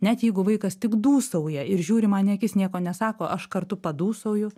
net jeigu vaikas tik dūsauja ir žiūri man į akis nieko nesako aš kartu padūsauju